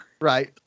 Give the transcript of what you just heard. Right